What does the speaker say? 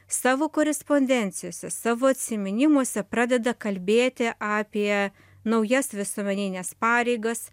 savo korespondencijose savo atsiminimuose pradeda kalbėti apie naujas visuomenines pareigas